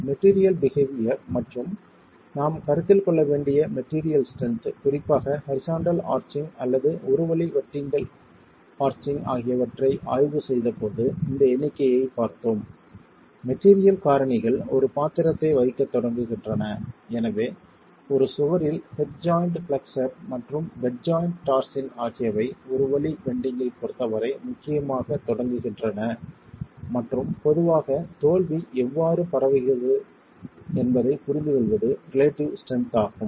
material behaviour மற்றும் நாம் கருத்தில் கொள்ள வேண்டிய மெட்டீரியல் ஸ்ட்ரென்த் குறிப்பாக ஹரிசாண்டல் ஆர்ச்சிங் அல்லது ஒரு வழி வெர்டிகள் ஆர்ச்சிங் ஆகியவற்றை ஆய்வு செய்தபோது இந்த எண்ணிக்கையைப் பார்த்தோம் மெட்டீரியல் காரணிகள் ஒரு பாத்திரத்தை வகிக்கத் தொடங்குகின்றன எனவே ஒரு சுவரில் ஹெட் ஜாய்ண்ட் பிளெக்ஸ்ஸர் மற்றும் பெட் ஜாய்ண்ட் டார்ஸின் ஆகியவை ஒரு வழி பெண்டிங்கைப் பொறுத்த வரை முக்கியமாகத் தொடங்குகின்றன மற்றும் பொதுவாக தோல்வி எவ்வாறு பரவுகிறது என்பதைப் புரிந்துகொள்வது ரிலேட்டிவ் ஸ்ட்ரென்த் ஆகும்